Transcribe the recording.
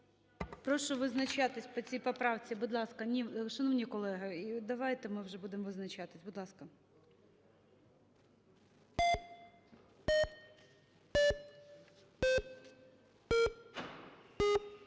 Прошу визначатися по цій поправці, будь ласка. Шановні колеги, давайте ми вже будемо визначатися, будь ласка.